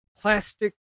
plastic